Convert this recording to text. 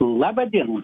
laba diena